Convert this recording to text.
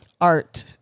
art